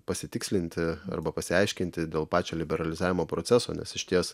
pasitikslinti arba pasiaiškinti dėl pačio liberalizavimo proceso nes išties